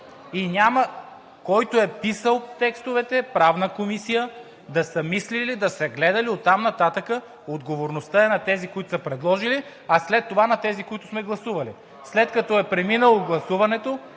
Който е писал текстовете – Правната комисия, да са мислили, да са гледали. Оттам нататък отговорността е на тези, които са предложили, а след това на тези, които сме гласували. След като е преминало гласуването,